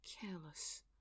careless